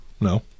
No